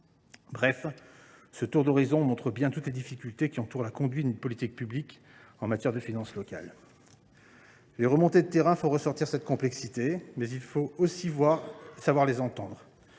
Ce tour d’horizon montre bien toutes les difficultés qui entourent la conduite d’une politique publique en matière de finances locales. Les remontées de terrain font ressortir cette complexité, mais il faut aussi savoir entendre